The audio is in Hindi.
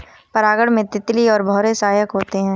परागण में तितली और भौरे सहायक होते है